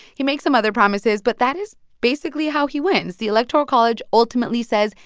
he makes some other promises. but that is basically how he wins. the electoral college ultimately says,